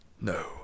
No